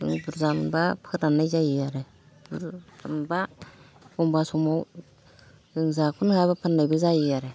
बुर्जा मोनबा फोराननाय जायो आरो बुरजा मोनबा एखनबा समाव जों जाख'नो हायाबा फाननायबो जायो आरो